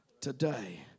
today